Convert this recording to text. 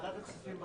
בוועדת כספים,